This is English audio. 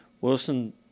Wilson